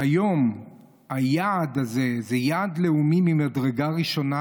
שהיום היעד הזה הוא יעד לאומי ממדרגה ראשונה.